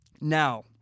Now